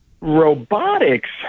Robotics